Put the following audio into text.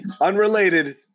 Unrelated